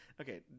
okay